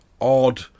odd